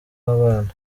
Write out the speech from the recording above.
w’abana